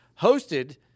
hosted